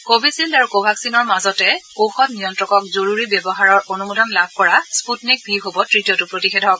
Covishield আৰু কোভাগ্নিনৰ মাজতে ঔষধ নিয়ন্তকক জৰুৰী ব্যৱহাৰৰ অনুমোদন লাভ কৰা স্পুটনিক ভি হব তৃতীয়টো প্ৰতিষেধক